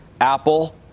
Apple